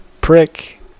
prick